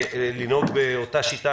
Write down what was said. ולנהוג באותה שיטה.